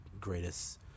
greatest